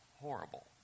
horrible